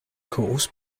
course